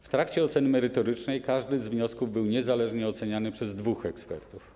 W trakcie oceny merytorycznej każdy z wniosków był niezależnie oceniany przez dwóch ekspertów.